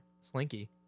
slinky